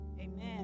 Amen